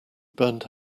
burnt